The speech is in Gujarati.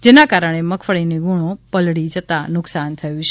જેના કારણે મગફળીની ગુણો પલડી જતાં નુકશાન થયુ છે